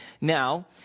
Now